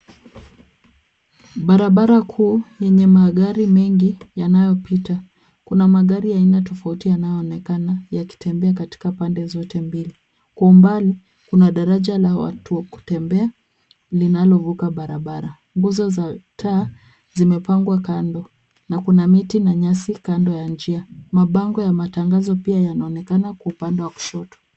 Barabara kuu yenye magari mengi yanayopita. Kuna magari ya aina tofauti yanayoonekana yakitembea katika pande zote mbili. Kwa umbali, kuna daraja la watu wa kutembea linalovuka barabara. Nguzo za taa zimepangwa kando na kuna miti na nyasi kando ya njia. Mabango ya matangazo pia yanaonekana kwa upande wa kushoto.